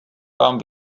vám